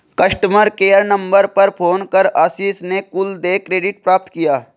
customer care number पर phone कर आशीष ने कुल देय क्रेडिट प्राप्त किया